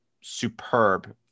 superb